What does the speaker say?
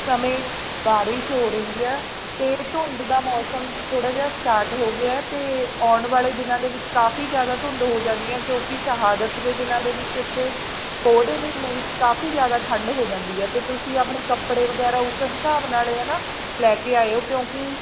ਸਮੇਂ ਬਾਰਿਸ਼ ਹੋ ਰਹੀ ਆ ਅਤੇ ਧੁੰਦ ਦਾ ਮੌਸਮ ਥੋੜ੍ਹਾ ਜਿਹਾ ਸਟਾਰਟ ਹੋ ਗਿਆ ਅਤੇ ਆਉਣ ਵਾਲੇ ਦਿਨਾਂ ਦੇ ਵਿੱਚ ਕਾਫੀ ਜ਼ਿਆਦਾ ਧੁੰਦ ਹੋ ਜਾਂਦੀ ਆ ਕਿਉਂਕਿ ਸ਼ਹਾਦਤ ਦੇ ਦਿਨਾਂ ਦੇ ਵਿੱਚ ਇੱਥੇ ਪੋਹ ਦੇ ਮਹੀਨੇ ਵਿੱਚ ਕਾਫੀ ਜ਼ਿਆਦਾ ਠੰਡ ਹੋ ਜਾਂਦੀ ਹੈ ਅਤੇ ਤੁਸੀਂ ਆਪਣੇ ਕੱਪੜੇ ਵਗੈਰਾ ਉਸ ਹਿਸਾਬ ਨਾਲ ਹੈ ਨਾ ਲੈ ਕੇ ਆਇਓ ਕਿਉਂਕਿ